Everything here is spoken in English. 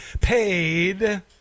paid